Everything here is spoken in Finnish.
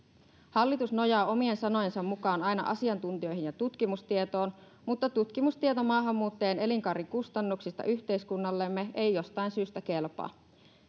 hallitus nojaa omien sanojensa mukaan aina asiantuntijoihin ja tutkimustietoon mutta tutkimustieto maahanmuuttajien elinkaarikustannuksista yhteiskunnallemme ei jostain syystä kelpaa